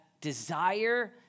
desire